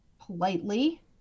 politely